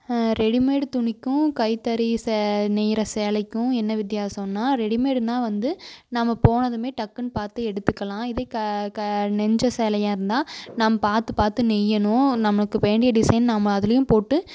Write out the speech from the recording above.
readymade துணிக்கும் கைத்தறி நெய்யிற சேலைக்கும் என்ன வித்தியாசன்னா ரெடிமேடுன்னா வந்து நம்ம போனதுமே டக்குனு பார்த்து எடுத்துக்கலாம் இதே க க நெஞ்ச சேலையாக இருந்தால் நம்ம பார்த்து பார்த்து நெய்யணும் நம்மளுக்கு வேண்டிய டிசைன் நம்ம அதிலையும் போட்டு